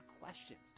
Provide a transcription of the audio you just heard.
questions